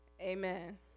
Amen